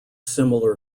similar